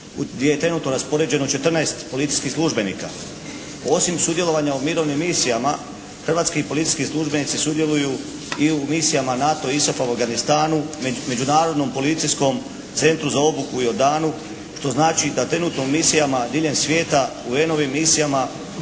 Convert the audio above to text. gdje je trenutno raspoređeno četrnaest policijskih službenika. Osim sudjelovanja u mirovnim misijama hrvatski policijski službenici sudjeluju i u misijama NATO-a i ISAF-a u Afganistanu, u Međunarodnom policijskom centru za obuku u Jordanu što znači da trenutno u misijama diljem svijeta, UN-ovim misijama